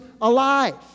alive